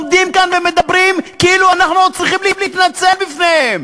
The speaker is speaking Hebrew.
עומדים כאן ומדברים כאילו אנחנו עוד צריכים להתנצל בפניהם.